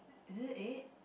is it eight